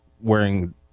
wearing